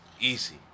Easy